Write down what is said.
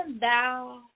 thou